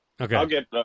Okay